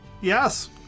Yes